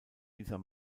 dieser